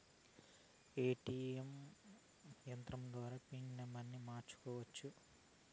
మనం ఏ.టీ.యం యంత్రం ద్వారా పిన్ నంబర్ని మార్చుకోవచ్చు